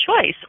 choice